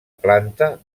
planta